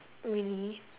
really